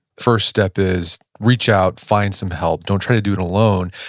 first step is reach out, find some help, don't try to do it alone.